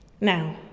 Now